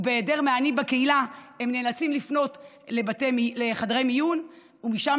ובהיעדר מענים בקהילה הם נאלצים לפנות לחדרי מיון ומשם,